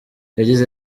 yagize